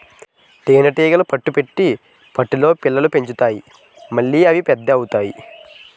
తేనీగలు పట్టు పెట్టి పట్టులో పిల్లల్ని పెంచుతాయి మళ్లీ అవి పెద్ద అవుతాయి